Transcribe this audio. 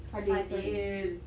fadhil sorry